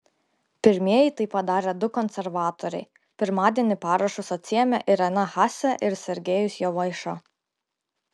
pirmieji tai padarė du konservatoriai pirmadienį parašus atsiėmė irena haase ir sergejus jovaiša